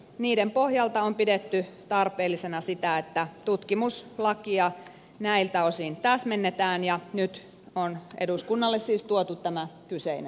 niiden pohjalta on pidetty tarpeellisena sitä että tutkimuslakia näiltä osin täsmennetään ja nyt on eduskunnalle siis tuotu tämä kyseinen esitys